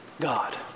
God